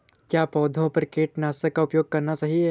क्या पौधों पर कीटनाशक का उपयोग करना सही है?